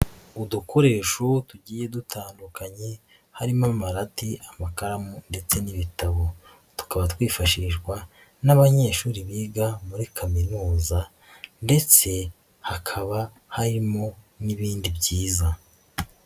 Udukoresho tugiye dutandukanye harimo: amarati, amakaramu ndetse n'ibitabo tukaba twifashishwa n'abanyeshuri biga muri kaminuza ndetse hakaba harimo n'ibindi byiza.